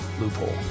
loophole